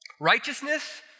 Righteousness